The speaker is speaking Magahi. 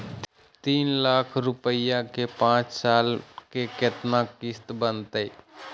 तीन लाख रुपया के पाँच साल के केतना किस्त बनतै?